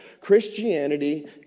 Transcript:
Christianity